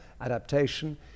adaptation